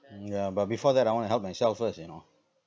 ya but before that I want to help myself first you know